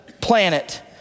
planet